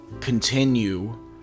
continue